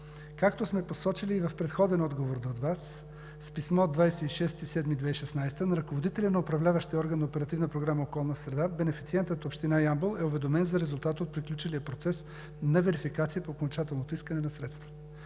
Както сме посочили и в предходен отговор до Вас, с писмо от 26 юли 2016 г. на ръководителя на управляващия орган на Оперативна програма „Околна среда“, бенефициентът – Община Ямбол, е уведомен за резултата от приключилия процес на верификация по окончателното искане на средства.